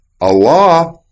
Allah